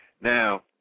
Now